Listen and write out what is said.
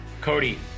Cody